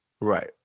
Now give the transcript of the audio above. right